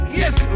yes